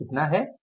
तो यह कितना है